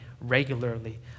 regularly